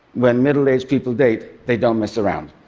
when middle-aged people date, they don't mess around.